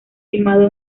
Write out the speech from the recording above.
filmado